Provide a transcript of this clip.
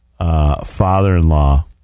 Father-in-law